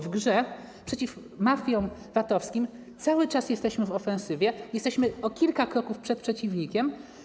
W grze przeciw mafiom VAT-owskim cały czas jesteśmy w ofensywie, jesteśmy o kilka kroków przed przeciwnikiem.